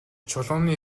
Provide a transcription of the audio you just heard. чулууны